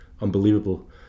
unbelievable